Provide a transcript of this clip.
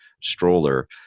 stroller